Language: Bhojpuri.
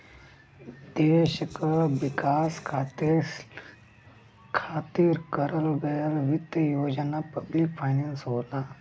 देश क विकास खातिर करस गयल वित्त योजना पब्लिक फाइनेंस होला